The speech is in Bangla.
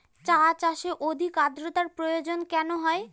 চা চাষে অধিক আদ্রর্তার প্রয়োজন কেন হয়?